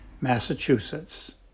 Massachusetts